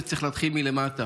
זה צריך להתחיל למטה,